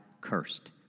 cursed